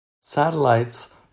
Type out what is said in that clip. Satellites